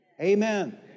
Amen